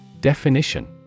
Definition